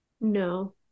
no